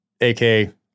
AK